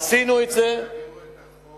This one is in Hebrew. עשינו את זה, מתי תעבירו את החוק